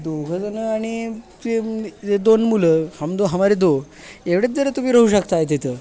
दोघंजण आणि ते म दोन मुलं हम दो हमारे दो एवढेच जण तुम्ही राहू शकता तिथं